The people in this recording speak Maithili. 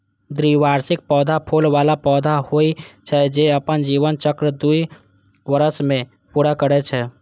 द्विवार्षिक पौधा फूल बला पौधा होइ छै, जे अपन जीवन चक्र दू वर्ष मे पूरा करै छै